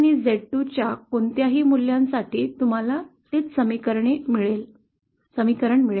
Z1 आणि Z2 च्या कोणत्याही मूल्यांसाठी तुम्हाला तेच समीकरण मिळेल